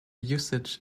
usage